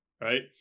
Right